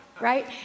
right